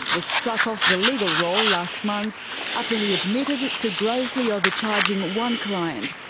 was struck off the legal roll last month after he admitted to grossly overcharging one client,